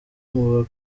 muba